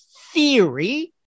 theory